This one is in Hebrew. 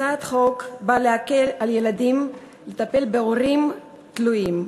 הצעת החוק באה להקל על ילדים לטפל בהורים תלויים.